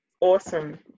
awesome